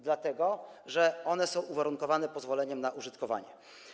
Dlatego że one są uwarunkowane pozwoleniem na użytkowanie.